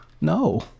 No